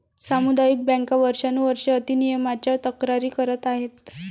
सामुदायिक बँका वर्षानुवर्षे अति नियमनाच्या तक्रारी करत आहेत